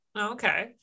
Okay